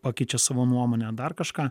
pakeičia savo nuomonę dar kažką